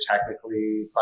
technically